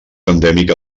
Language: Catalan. endèmica